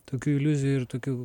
tokių iliuzijų ir tokių